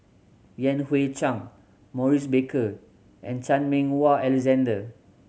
Yan Hui Chang Maurice Baker and Chan Meng Wah Alexander